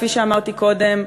כפי שאמרתי קודם,